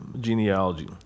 genealogy